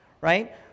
right